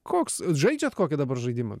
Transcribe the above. koks žaidžiat kokį dabar žaidimą